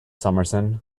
summerson